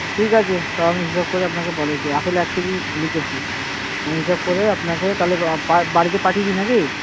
ঠিক আছে সব হিসেব করে আপনাকে বলেছি আপেল এক কেজি লিখেছি আমি হিসাব করে আপনাকে তাহলে বাড়িতে পাঠিয়ে দিই না কি